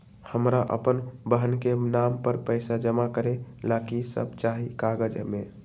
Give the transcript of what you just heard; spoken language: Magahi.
हमरा अपन बहन के नाम पर पैसा जमा करे ला कि सब चाहि कागज मे?